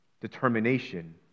determination